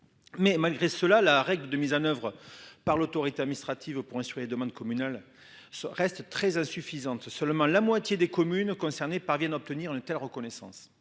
Mais malgré cela la règle de mise en oeuvre par l'autorité administrative au point sur les demandes communales. Ça reste très insuffisante, seulement la moitié des communes concernées parviennent obtenir une telle reconnaissance.